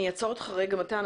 אני אעצור אותך רגע, מתן.